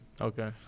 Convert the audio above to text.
Okay